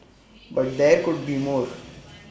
but there could be more